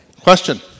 Question